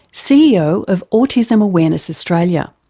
ceo of autism awareness australia.